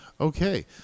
okay